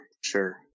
Sure